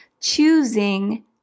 Choosing